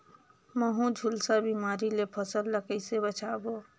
महू, झुलसा बिमारी ले फसल ल कइसे बचाबो?